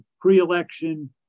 pre-election